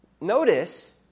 Notice